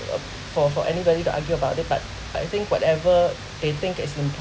uh for for anybody to argue about it but I think whatever they think is important